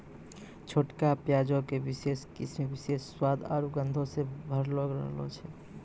छोटका प्याजो के विशेष किस्म विशेष स्वाद आरु गंधो से भरलो रहै छै